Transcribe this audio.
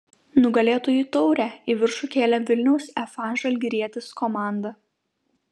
nugalėtojų taurę į viršų kėlė vilniaus fa žalgirietis komanda